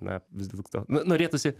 na vis dėlto nu norėtųsi